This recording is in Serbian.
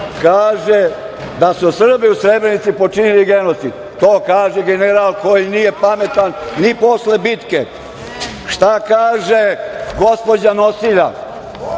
kaže da su Srbi u Srebrenici počinili genocid. To kaže general koji nije pametan ni posle bitke. Šta kaže gospođa nosilja